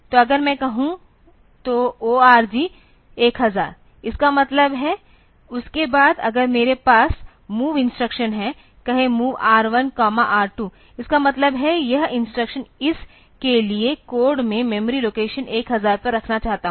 तो अगर मैं कहूं तो ORG 1000 इसका मतलब है उसके बाद अगर मेरे पास MOV इंस्ट्रक्शन कहें MOV R1R2 इसका मतलब है यह इंस्ट्रक्शन इस के लिए कोड मैं मेमोरी लोकेशन 1000 पर रखना चाहता हूं